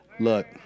Look